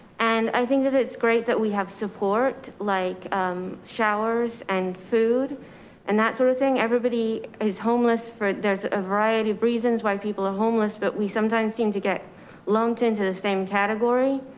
and i think that it's great that we have support like showers and food and that sort of thing. everybody is homeless for, there's a variety of reasons why people are homeless, but we sometimes seem to get lumped into the same category.